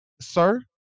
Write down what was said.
sir